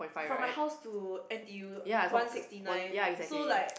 from my house to N_T_U one sixty nine so like